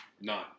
None